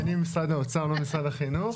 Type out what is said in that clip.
אני משרד האוצר, לא משרד החינוך.